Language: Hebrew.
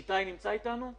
איתי נמצא אתנו.